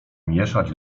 mieszać